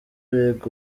biga